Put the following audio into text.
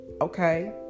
okay